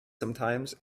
sometimes